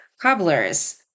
cobblers